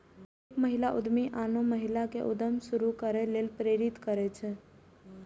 एक महिला उद्यमी आनो महिला कें उद्यम शुरू करै लेल प्रेरित करै छै